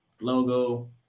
logo